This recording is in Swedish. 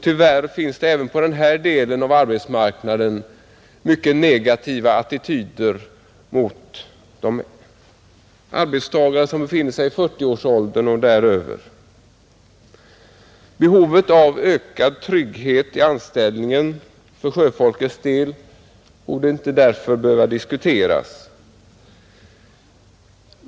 Tyvärr finns det också på denna del av arbetsmarknaden mycket negativa attityder mot arbetstagare som är i 40-årsåldern och däröver. Behovet av ökad trygghet i anställningen för sjöfolket borde därför inte behöva diskuteras.